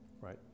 right